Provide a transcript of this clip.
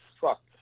Fuck